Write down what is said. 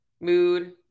mood